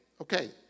okay